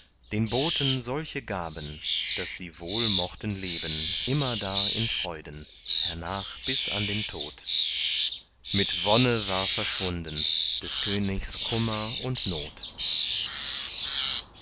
den boten solche gaben daß sie wohl mochten leben immerdar in freuden hernach bis an den tod mit wonne war verschwunden des königs kummer und not